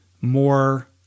more